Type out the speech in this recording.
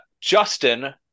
Justin